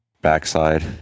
backside